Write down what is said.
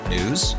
News